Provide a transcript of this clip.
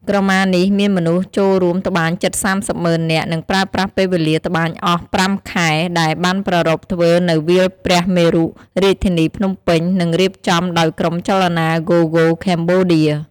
ក្រមានេះមានមនុស្សចូលរួមត្បាញជិត៣០ម៉ឺននាក់ និងប្រើប្រាស់ពេលវេលាត្បាញអស់០៥ខែ ដែលបានប្រារព្ធធ្វើនៅវាលព្រះមេរុ រាជធានីភ្នំពេញ និងរៀបចំដោយក្រុមចលនា GoGo Cambodia។